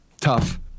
tough